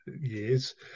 years